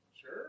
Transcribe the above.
Sure